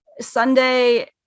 Sunday